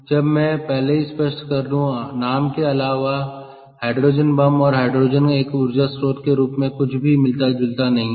अब मैं पहले ही स्पष्ट कर दूं नाम के अलावा हाइड्रोजन बम और हाइड्रोजन एक ऊर्जा स्रोत के रूप में कुछ भी मिलता जुलता नहीं है